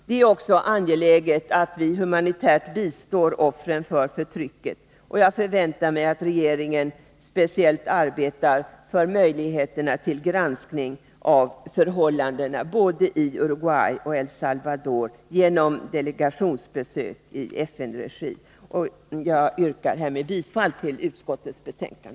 Det är också angeläget att vi humanitärt bistår offren för förtrycket. Jag förväntar mig att regeringen speciellt arbetar för möjligheterna till granskning av förhållandena både i Uruguay och El Salvador genom delegationsbesök i FN:s regi. Jag yrkar härmed bifall till utskottets hemställan.